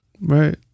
Right